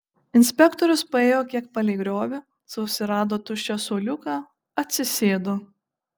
inspektorius paėjo kiek palei griovį susirado tuščią suoliuką atsisėdo